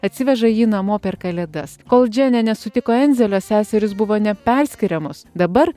atsiveža jį namo per kalėdas kol dženė nesutiko enzelio seserys buvo neperskiriamos dabar